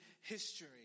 history